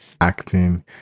acting